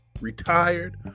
retired